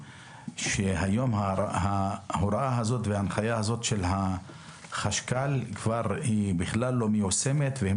שהיום ההוראה הזאת וההנחיה הזאת של החשכ"ל בכלל לא מקוימת והם